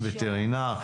וטרינר.